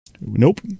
Nope